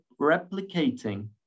replicating